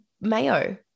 mayo